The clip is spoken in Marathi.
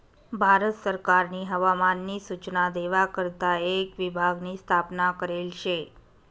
भारत सरकारनी हवामान नी सूचना देवा करता एक विभाग नी स्थापना करेल शे